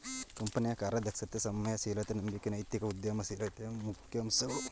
ಕಂಪನಿಯ ಕಾರ್ಯದಕ್ಷತೆ, ಸಂಯಮ ಶೀಲತೆ, ನಂಬಿಕೆ ನೈತಿಕ ಉದ್ಯಮ ಶೀಲತೆಯ ಮುಖ್ಯ ಅಂಶಗಳು